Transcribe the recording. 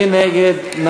מי נגד?